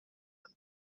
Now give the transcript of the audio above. anni